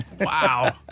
Wow